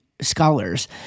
scholars